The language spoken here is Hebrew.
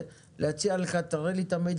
7/ד'